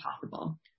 possible